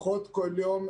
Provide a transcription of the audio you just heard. אחות כל יום,